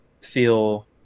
feel